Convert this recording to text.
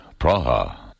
Praha